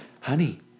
honey